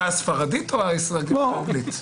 בגרסה הספרדית או האנגלית?